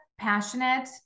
passionate